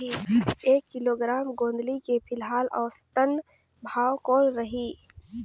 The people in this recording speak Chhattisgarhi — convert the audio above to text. एक किलोग्राम गोंदली के फिलहाल औसतन भाव कौन रही?